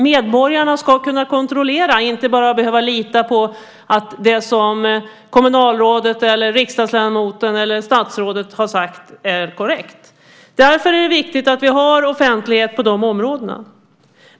Medborgarna ska kunna kontrollera den i stället för att bara behöva lita på att det som kommunalrådet, riksdagsledamoten eller statsrådet sagt är korrekt. Därför är det viktigt att vi har offentlighet på de områdena.